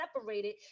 separated